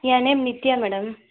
N name Nithya madam